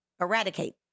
eradicate